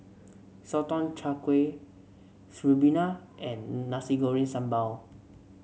Sotong Char Kway ribena and Nasi Goreng Sambal